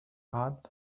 بعد